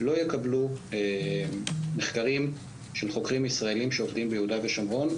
לא יקבלו מחקרים של חוקרים ישראלים שעובדים ביהודה ושומרון,